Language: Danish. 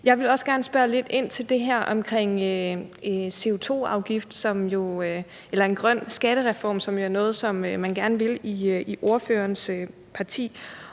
Jeg vil gerne spørge lidt ind til det her omkring CO2-afgift eller en grøn skattereform, som jo er noget, som man gerne vil i ordførerens parti.